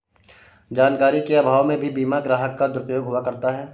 जानकारी के अभाव में भी बीमा ग्राहक का दुरुपयोग हुआ करता है